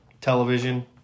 television